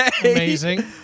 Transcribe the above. amazing